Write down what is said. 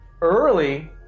early